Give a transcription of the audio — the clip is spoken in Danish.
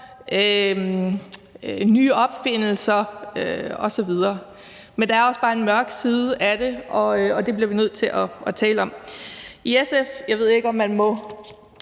nye opfindelser osv. Men der er også bare en mørk side af det, og den bliver vi nødt til at tale om. Jeg ved ikke, om jeg må